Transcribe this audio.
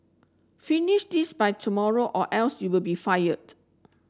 finish this by tomorrow or else you'll be fired